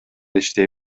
иштей